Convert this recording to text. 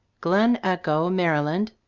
glen echo, maryland,